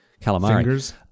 calamari